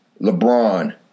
LeBron